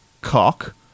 cock